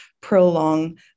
prolong